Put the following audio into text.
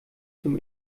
zum